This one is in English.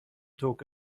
talk